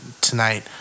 tonight